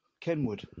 Kenwood